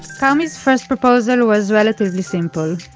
karmi's first proposal was relatively simple.